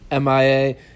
MIA